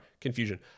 Confusion